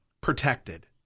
protected